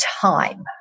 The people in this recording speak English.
time